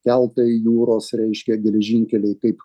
keltai jūros reiškia geležinkeliai kaip